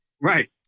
Right